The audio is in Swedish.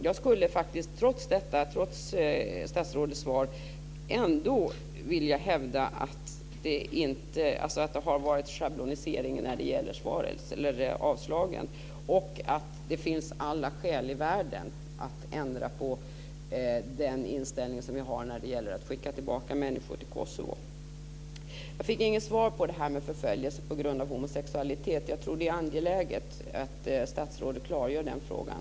Jag skulle faktiskt trots statsrådets svar vilja hävda att det har varit en schablonisering när det gäller avslagen och att det finns alla skäl i världen att ändra på den inställning som vi har när det gäller att skicka tillbaka människor till Kosovo. Jag fick inget svar när det gäller det här med förföljelse på grund av homosexualitet. Jag tror att det är angeläget att statsrådet klargör den frågan.